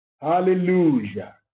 Hallelujah